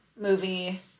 movie